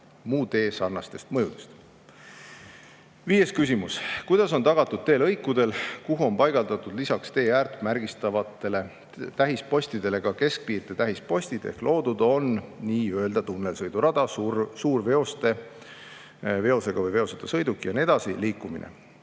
muu tee sarnasest mõjust. Viies küsimus: kuidas on tagatud teelõikudel, kuhu on paigaldatud lisaks teeäärt märgistavatele tähispostidele ka keskpiirde tähispostid ehk loodud on nii-öelda tunnelsõidurada, suurveoste – veosega või veoseta sõiduki ja nii edasi – liikumine?